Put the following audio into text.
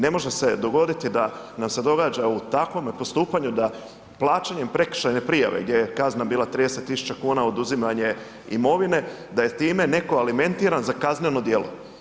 Ne može se dogoditi da nam se događa u takvome postupanju da plaćanje prekršajne prijave gdje kazna bila 30 tisuća kuna, oduzimanje imovine, da je time neko alimentiran za kazneno djelo.